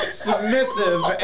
submissive